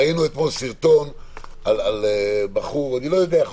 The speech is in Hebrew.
ראינו אתמול סרטון על בחור יכול